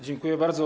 Dziękuję bardzo.